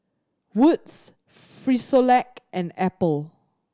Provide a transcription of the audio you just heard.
Wood's Frisolac and Apple